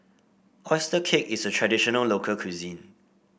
oyster cake is a traditional local cuisine